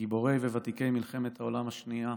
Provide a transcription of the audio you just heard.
גיבורי וותיקי מלחמת העולם השנייה,